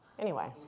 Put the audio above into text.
anyway.